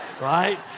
right